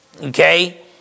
Okay